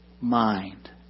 mind